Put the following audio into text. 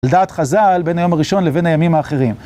לדעת חז"ל בין היום הראשון לבין הימים האחרים.